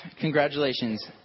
Congratulations